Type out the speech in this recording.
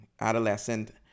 adolescent